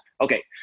Okay